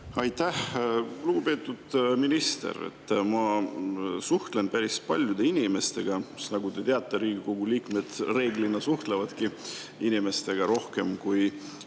Aitäh! Lugupeetud minister! Ma suhtlen päris paljude inimestega – nagu te teate, Riigikogu liikmed reeglina suhtlevadki inimestega rohkem kui